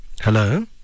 hello